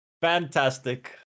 Fantastic